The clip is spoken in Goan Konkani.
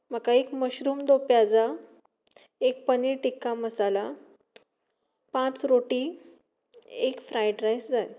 म्हाका एक मशरूम दो प्याजा एक पनीर तिक्का मसाला पांच रोटी एक फ्राय्ड रायस जाय